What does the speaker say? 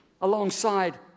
alongside